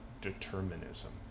determinism